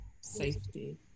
Safety